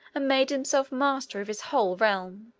made himself master of his whole realm.